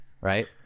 right